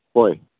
ꯍꯣꯏ